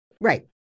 Right